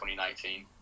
2019